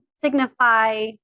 signify